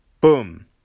Boom